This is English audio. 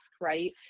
right